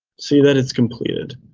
see that it's completed.